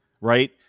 right